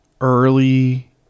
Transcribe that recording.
early